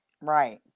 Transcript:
right